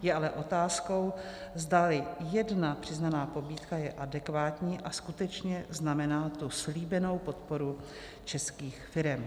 Je ale otázkou, zdali jedna přiznaná pobídka je adekvátní a skutečně znamená tu slíbenou podporu českých firem.